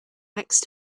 next